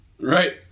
Right